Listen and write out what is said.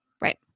Right